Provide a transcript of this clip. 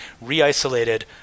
re-isolated